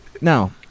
Now